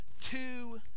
two